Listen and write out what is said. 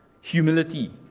humility